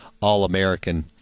All-American